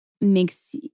makes